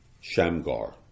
Shamgar